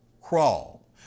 crawl